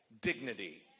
dignity